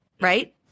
right